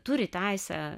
turi teisę